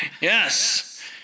Yes